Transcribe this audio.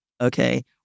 Okay